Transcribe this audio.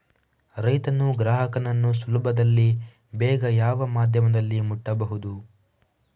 ರೈತನು ಗ್ರಾಹಕನನ್ನು ಸುಲಭದಲ್ಲಿ ಬೇಗ ಯಾವ ಮಾಧ್ಯಮದಲ್ಲಿ ಮುಟ್ಟಬಹುದು?